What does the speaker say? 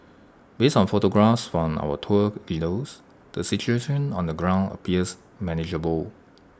based on photographs from our tour leaders the situation on the ground appears manageable